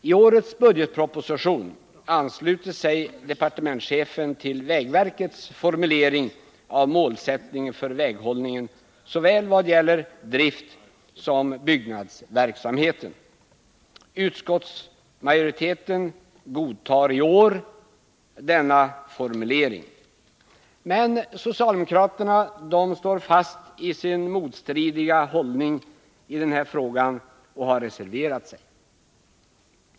I årets budgetproposition ansluter sig departementschefen till vägverkets formulering av målsättningen för väghållningen vad gäller såväl driftsom byggnadsverksamheten. Utskottsmajoriteten godtar i år denna formulering. Men socialdemokraterna står fast vid sin motstridiga hållning i denna fråga och har reserverat sig.